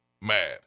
mad